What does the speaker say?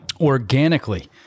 organically